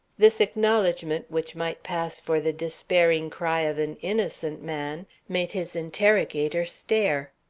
this acknowledgment, which might pass for the despairing cry of an innocent man, made his interrogator stare.